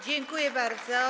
Dziękuję bardzo.